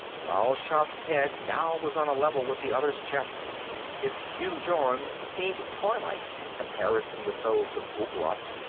mal shaff's head now was on a level with the other's chest his huge arms seemed toylike in comparison with those of ouglat,